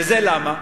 וזה למה?